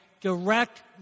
Direct